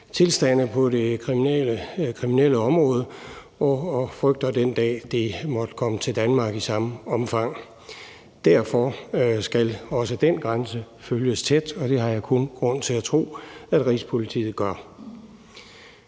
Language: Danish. tilstande på det kriminelle område, og frygter den dag, det måtte komme til Danmark i samme omfang. Derfor skal også den grænse følges tæt, og det har jeg kun grund til at tro at Rigspolitiet gør.